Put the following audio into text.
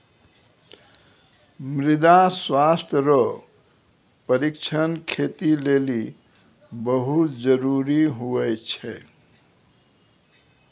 मृदा स्वास्थ्य रो परीक्षण खेती लेली बहुत जरूरी हुवै छै